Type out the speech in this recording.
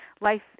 life